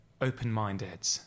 open-minded